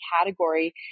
category